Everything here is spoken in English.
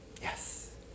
Yes